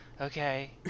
okay